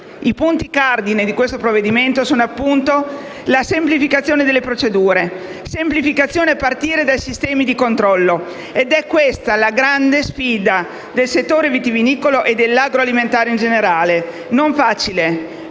I punti cardine di questo provvedimento sono, appunto, la semplificazione delle procedure: semplificazione a partire dai sistemi di controllo. È questa la grande sfida del settore vitivinicolo e dell'agroalimentare in generale, non facile,